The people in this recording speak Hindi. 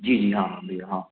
जी जी हाँ हाँ भैया हाँ